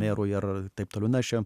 merui ar taip toliau na aš čia